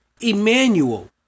Emmanuel